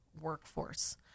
workforce